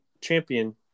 champion